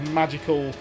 magical